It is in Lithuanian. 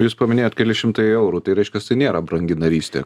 jūs paminėjot kelis šimtai eurų tai reiškiasi nėra brangi narystė